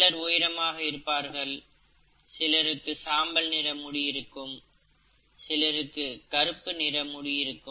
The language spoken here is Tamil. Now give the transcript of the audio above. சிலர் உயரமாக இருப்பார்கள் சிலருக்கு சாம்பல்நிற முடியிருக்கும் சிலருக்கு கருப்பு நிற முடி இருக்கும்